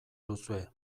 duzue